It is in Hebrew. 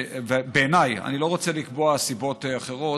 בעיניי ואני לא רוצה לקבוע סיבות אחרות,